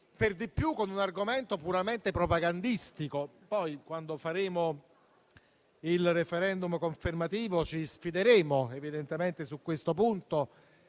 per di più con un argomento puramente propagandistico. Quando faremo il *referendum* confermativo ci sfideremo su questo punto